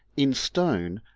in stone,